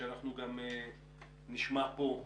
שאנחנו גם נשמע פה,